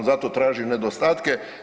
Zato tražim nedostatke.